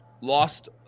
lost